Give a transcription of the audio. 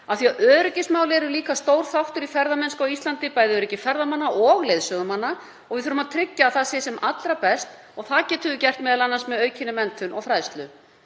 af því að öryggismál eru líka stór þáttur í ferðamennsku á Íslandi, bæði öryggi ferðamanna og leiðsögumanna. Við þurfum að tryggja að öryggi sé sem allra best og það getum við gert m.a. með aukinni menntun og fræðslu.